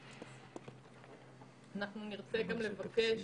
אנחנו נרצה לבקש,